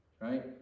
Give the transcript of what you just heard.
right